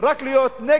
ללא שום כישורים,